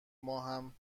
ماهم